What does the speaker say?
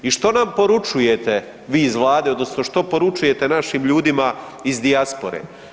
I što nam poručujete vi iz Vlade odnosno što poručujete našim ljudima iz dijaspore?